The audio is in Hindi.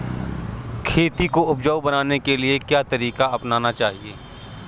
खेती को उपजाऊ बनाने के लिए क्या तरीका अपनाना चाहिए?